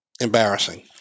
embarrassing